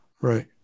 Right